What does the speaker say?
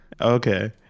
Okay